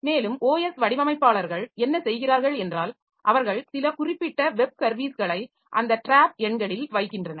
மேலும் OS வடிவமைப்பாளர்கள் என்ன செய்கிறார்கள் என்றால் அவர்கள் சில குறிப்பிட்ட வெப் சர்வீஸ்களை அந்த டிராப் எண்களில் வைக்கின்றனர்